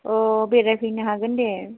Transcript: अ बेरायफैनो हागोन दे